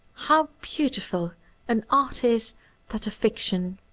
how beautiful an art is that of fiction.